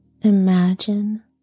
imagine